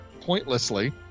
pointlessly